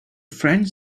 friends